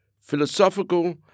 Philosophical